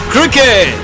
Cricket